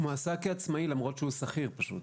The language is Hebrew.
הוא מועסק כעצמאי למרות שהוא שכיר פשוט,